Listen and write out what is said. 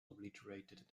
obliterated